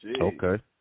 Okay